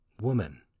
Woman